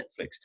Netflix